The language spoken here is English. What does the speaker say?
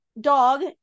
dog